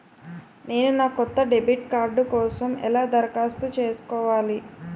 నేను నా కొత్త డెబిట్ కార్డ్ కోసం ఎలా దరఖాస్తు చేసుకోవాలి?